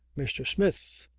mr. smith!